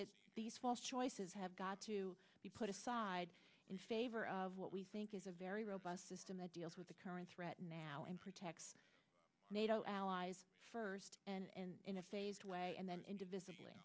that these false choices have got to be put aside in favor of what we think is a very robust system that deals with the current threat now and protects nato allies first and in a phased way and then indivi